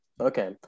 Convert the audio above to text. Okay